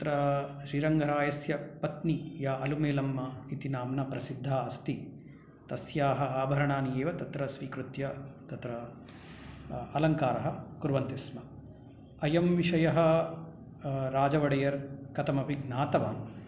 तत्र श्रीरङ्गरायस्य पत्नी या अलमेलम्मा इति नाम्ना प्रसिद्धा अस्ति तस्याः आभरणानि एव तत्र स्वीकृत्य तत्र अलङ्कारः कुर्वन्ति स्म अयं विषयः राज ओडेयर् कथमपि ज्ञातवान्